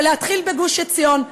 ולהתחיל בגוש-עציון.